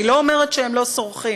אני לא אומרת שהם לא סורחים,